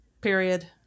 Period